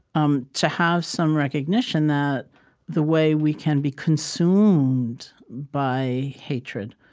um to have some recognition that the way we can be consumed by hatred.